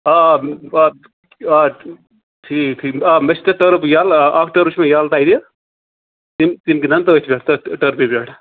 آ آ آ ٹھیٖک ٹھیٖک آ مےٚ چھِ تَتہِ ٹٔرٕپ یَلہٕ اَکھ ٹٔرٕپ چھِ مےٚ ییٚلہٕ تَتہِ تِم تِم گِندَن تٔتھۍ پٮ۪ٹھ تٔتھۍ ٹٔرپ پٮ۪ٹھ